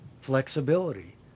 flexibility